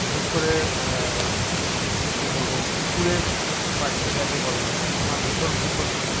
বিশেষ করে কি বলবো কুকুরের বাচ্চা যাকে বলা হয় আমার ভীষণ ভীষণ প্রিয়